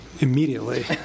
Immediately